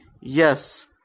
yes